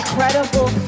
incredible